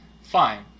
Fine